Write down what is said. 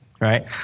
right